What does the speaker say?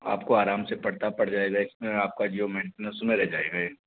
आपको आराम से पढ़ता पड़ जाएगा इसमें आपका जो मेन्टेन्स में रह जाएगा ये